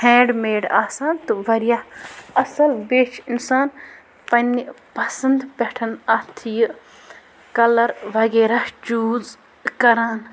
hand made آسان تہٕ واریاہ اَصٕل بیٚیہِ چھِ اِنسان پنٛنہِ پَسَنٛد پٮ۪ٹھ اَتھ یہِ کَلر وغیرہ چوٗز کَران